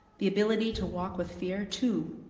the ability to walk with fear, too,